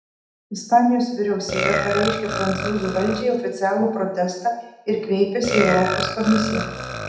ispanijos vyriausybė pareiškė prancūzų valdžiai oficialų protestą ir kreipėsi į europos komisiją